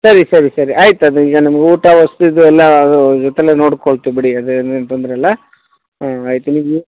ಸರಿ ಸರಿ ಸರಿ ಆಯ್ತು ಅದು ಈಗ ನಮ್ಗೆ ಊಟ ವಸತಿದು ಎಲ್ಲ ನೊಡ್ಕೊಳ್ತೀವಿ ಬಿಡಿ ಅದೇನು ತೊಂದರೆಯಿಲ್ಲ ಹ್ಞೂ ಆಯ್ತು ನೀವು